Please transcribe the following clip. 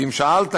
ואם שאלת,